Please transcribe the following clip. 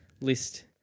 list